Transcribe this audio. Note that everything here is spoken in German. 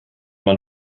man